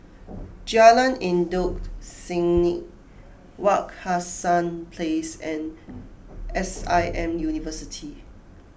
Jalan Endut Senin Wak Hassan Place and S I M University